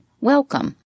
Welcome